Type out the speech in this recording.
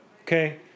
Okay